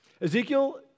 Ezekiel